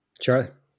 Sure